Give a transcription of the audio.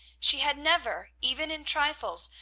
she had never, even in trifles,